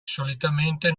solitamente